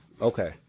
Okay